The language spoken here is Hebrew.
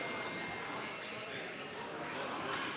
ולא הייתי,